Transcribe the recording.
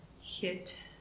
hit